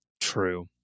true